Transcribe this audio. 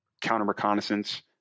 counter-reconnaissance